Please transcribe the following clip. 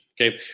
Okay